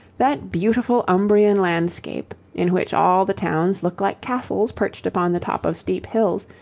that beautiful umbrian landscape, in which all the towns look like castles perched upon the top of steep hills,